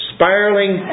Spiraling